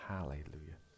Hallelujah